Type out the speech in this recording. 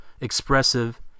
expressive